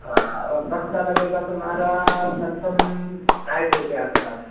हाँ और बस का लगेगा तुम्हारा लभसम ढाई सौ के आस पास